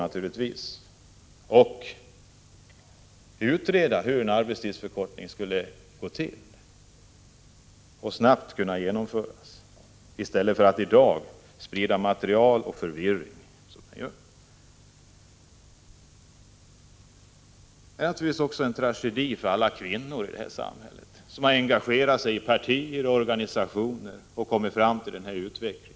Man borde utreda hur en arbetstidsförkortning skulle gå till och hur den snabbt kunde genomföras, i stället för att — som man gör i dag — sprida material och förvirring. Självfallet är det också en tragedi för alla de kvinnor i vårt samhälle som har engagerat sig i partier och organisationer, att vi har fått en sådan här utveckling.